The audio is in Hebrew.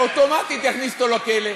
שאוטומטית יכניס אותו לכלא.